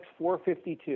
452